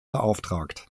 beauftragt